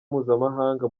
mpuzamahanga